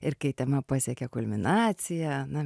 ir kai tema pasiekia kulminaciją na